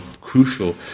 crucial